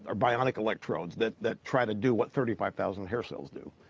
ah bionic electrodes, that that tried to do with thirty five thousand hairstyles do.